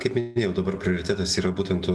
kaip minėjau dabar prioritetas yra būtent